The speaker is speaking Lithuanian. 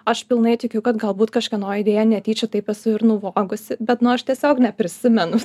aš pilnai tikiu kad galbūt kažkieno idėją netyčia taip esu ir nuvogusi bet nu aš tiesiog neprisimenu